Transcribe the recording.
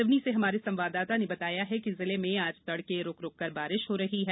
सिवनी से हमारे संवाददाता ने बताया है कि जिले में आज तड़के रुक रुककर बारिश हो रही है